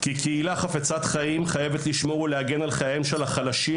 כי קהילה חפצת חיים חייבת לשמור ולהגן על חייהם של החלשים,